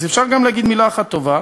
אז אפשר גם להגיד מילה אחת טובה